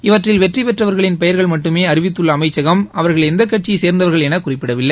இவற்றில் வெற்றி பெற்றவர்களின் பெயர்கள் மட்டுமே அறிவித்துள்ள அமைச்சகம் அவர்கள் எந்த கட்சியை சேர்ந்தவர்கள் என குறிப்பிடவில்லை